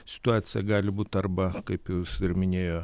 situacija gali būt arba kaip jus ir minėjo